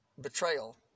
betrayal